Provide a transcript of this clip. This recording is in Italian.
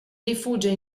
rifugia